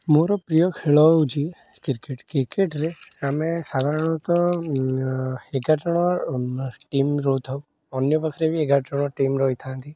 ମୋର ପ୍ରିୟ ଖେଳ ହେଉଛି କ୍ରିକେଟ୍ କ୍ରିକେଟରେ ଆମେ ସାଧାରଣତଃ ଏଗାର ଜଣ ଟିମ୍ ରହିଥାଉ ଅନ୍ୟ ପାଖରେ ବି ଏଗାର ଜଣ ଟିମ୍ ରହିଥାନ୍ତି